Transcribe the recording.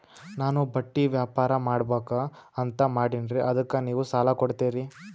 ನಾನು ಬಟ್ಟಿ ವ್ಯಾಪಾರ್ ಮಾಡಬಕು ಅಂತ ಮಾಡಿನ್ರಿ ಅದಕ್ಕ ನೀವು ಸಾಲ ಕೊಡ್ತೀರಿ?